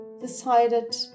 decided